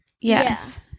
Yes